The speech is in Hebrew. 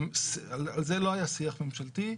על זה לא היה שיח ממשלתי,